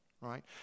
right